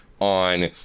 on